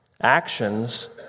actions